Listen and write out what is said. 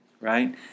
right